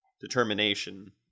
determination